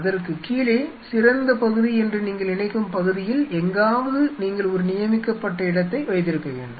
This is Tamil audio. அதற்குக் கீழே சிறந்த பகுதி என்று நீங்கள் நினைக்கும் பகுதியில் எங்காவது நீங்கள் ஒரு நியமிக்கப்பட்ட இடத்தை வைத்திருக்க வேண்டும்